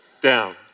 down